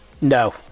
No